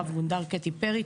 רב גונדר קטי פרי.